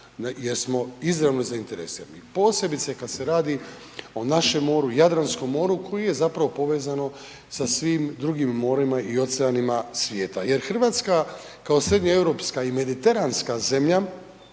jer smo izravno zainteresirani. Posebice kad se radi o našem moru, Jadranskom moru koje je zapravo povezano sa svim drugim morima i oceanima svijeta, jer Hrvatska kao srednje europska i mediteranska zemlja,